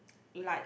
like